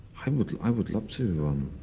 i would i would love to.